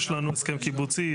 יש לנו הסכם קיבוצי,